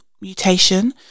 mutation